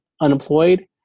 unemployed